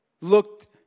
looked